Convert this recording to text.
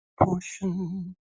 portion